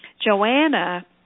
Joanna